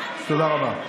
תודה רבה.